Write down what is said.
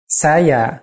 saya